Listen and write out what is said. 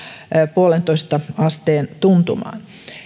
puolentoista asteen tuntumaan